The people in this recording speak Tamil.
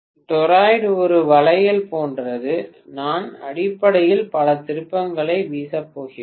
டொராய்டு ஒரு வளையல் போன்றது நான் அடிப்படையில் பல திருப்பங்களை வீசப்போகிறேன்